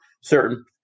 certain